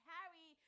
Harry